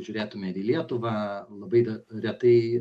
žiūrėtume ir į lietuvą labai re retai